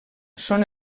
són